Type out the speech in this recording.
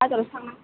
बाजारावसो थांनांगोन